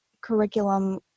curriculum